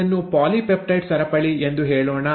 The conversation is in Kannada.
ಇದನ್ನು ಪಾಲಿಪೆಪ್ಟೈಡ್ ಸರಪಳಿ ಎಂದು ಹೇಳೋಣ